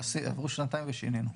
עברו שנתיים ושינינו.